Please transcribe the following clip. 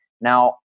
Now